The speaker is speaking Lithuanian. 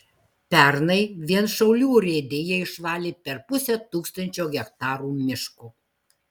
pernai vien šiaulių urėdija išvalė per pusę tūkstančio hektarų miško